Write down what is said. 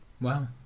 Wow